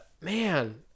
Man